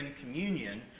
communion